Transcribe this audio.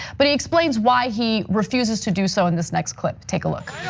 but he explains why he refuses to do so in this next clip. take a look.